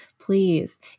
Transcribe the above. Please